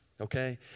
okay